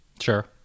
Sure